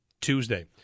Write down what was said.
Tuesday